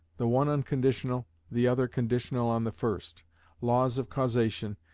the one unconditional, the other conditional on the first laws of causation,